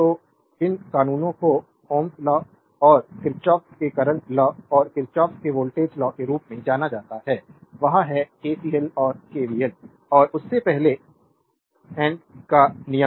तो इन कानूनों को Ω लॉ और किरचॉफ के करंट लॉ और किरचॉफ के वोल्टेज लॉ के रूप में जाना जाता है वह है KCL और KVL और उससे पहले and का नियम